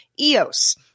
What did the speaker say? EOS